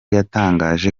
yatangaje